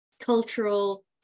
cultural